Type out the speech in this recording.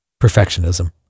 perfectionism